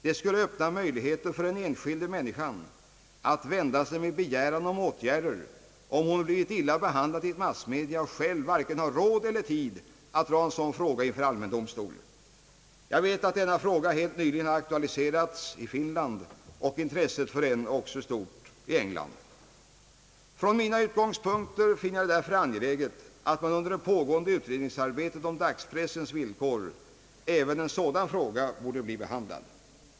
Det skulle öppna möjligheter för den enskilda människan att vända sig dit med begäran om åtgärder, om hon har blivit illa behandlad i massmedia och själv har varken råd eller tid att dra en sådan sak inför allmän domstol. Jag vet att denna fråga helt nyligen har aktualiserats i Finland och att intresset för den är stort även i England. Från mina utgångspunkter finner jag det därför angeläget att under det pågående utredningsarbetet om dagspressens villkor även en sådan fråga blir behandlad.